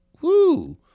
Woo